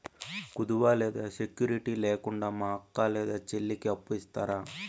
కుదువ లేదా సెక్యూరిటి లేకుండా మా అక్క లేదా చెల్లికి అప్పు ఇస్తారా?